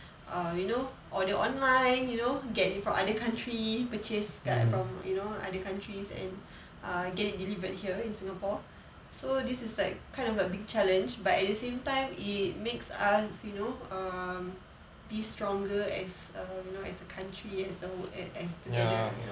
err you know order online you know get it from other country purchase kat you know from other countries and err get it delivered here in singapore so this is like kind of a big challenge but at the same time it makes us you know um be stronger as err you know as a country as a as together